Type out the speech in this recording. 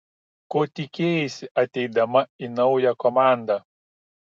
ko tikėjaisi ateidama į naują komandą